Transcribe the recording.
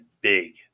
big